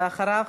ואחריו,